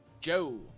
Joe